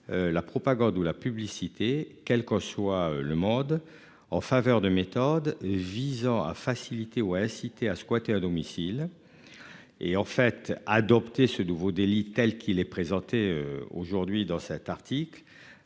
La propagande ou la publicité. Quel que soit le mode en faveur de méthodes visant à faciliter au. À squatter à domicile. Et en fait adopter ce nouveau délit telle qu'il est présenté aujourd'hui dans cet article.